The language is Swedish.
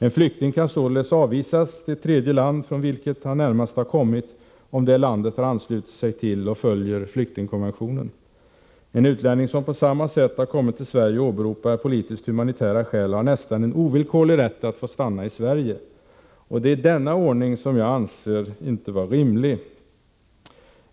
En flykting kan således avvisas till ett tredje land från vilket han närmast har kommit, om det landet har anslutit sig till och följer flyktingkonventionen. En utlänning som på samma sätt har kommit till Sverige och åberopar politisk-humanitära skäl har nästan en ovillkorlig rätt att få stanna i Sverige. Det är denna ordning som jag inte anser vara rimlig.